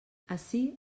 ací